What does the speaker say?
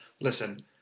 listen